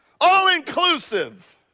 All-inclusive